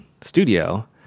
studio